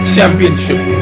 Championship